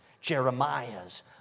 Jeremiah's